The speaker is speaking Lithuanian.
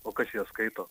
o kas jas skaito